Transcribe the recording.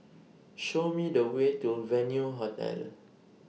Show Me The Way to Venue Hotel